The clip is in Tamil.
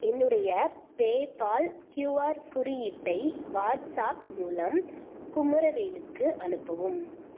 என்னுடைய பேபால் க்யூஆர் குறியீட்டை வாட்ஸாப் மூலம் குமரவேலுக்கு அனுப்பவும்